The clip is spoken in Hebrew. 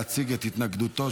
להציג את התנגדותו.